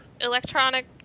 electronic